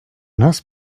нас